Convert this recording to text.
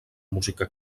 música